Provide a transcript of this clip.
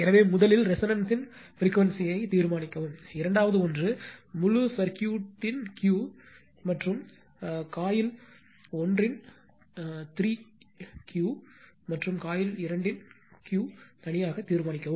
எனவே முதலில் ரெசோனன்ஸ்ன் பிரிக்வேன்சியை தீர்மானிக்கவும் இரண்டாவது ஒன்று முழு சர்க்யூட்களின் Q மற்றும் coiL1 இன் 3 Q மற்றும் coiL2 இன் Q தனித்தனியாக தீர்மானிக்கவும்